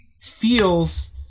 feels